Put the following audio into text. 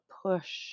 push